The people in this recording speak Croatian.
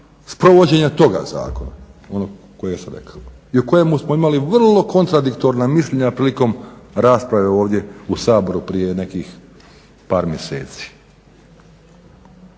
sprovođenja toga zakona onog kojeg sam rekao i u kojemu smo imali vrlo kontradiktorna mišljenja prilikom rasprave ovdje u Saboru prije nekih par mjeseci.